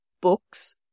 books